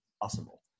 possible